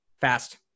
fast